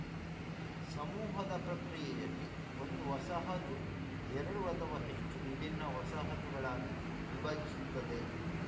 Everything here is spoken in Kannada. ಸಮೂಹದ ಪ್ರಕ್ರಿಯೆಯಲ್ಲಿ, ಒಂದು ವಸಾಹತು ಎರಡು ಅಥವಾ ಹೆಚ್ಚು ವಿಭಿನ್ನ ವಸಾಹತುಗಳಾಗಿ ವಿಭಜಿಸುತ್ತದೆ